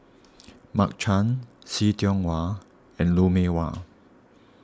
Mark Chan See Tiong Wah and Lou Mee Wah